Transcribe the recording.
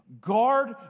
guard